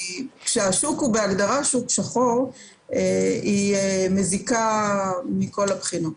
כשהשוק בהגדרה שוק שחור היא מזיקה מכל הבחינות.